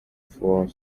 for